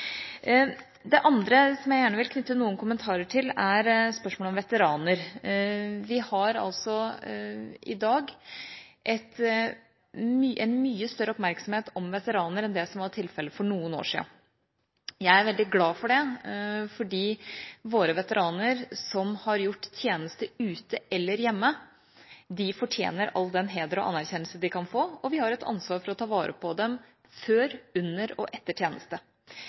Det andre jeg gjerne vil knytte noen kommentarer til, er spørsmålet om veteraner. Vi har i dag en mye større oppmerksomhet om veteraner enn det som var tilfellet for noen år siden. Jeg er veldig glad for det, for våre veteraner som har gjort tjeneste ute eller hjemme, fortjener all den heder og anerkjennelse de kan få, og vi har et ansvar for å ta vare på dem før, under og etter tjeneste.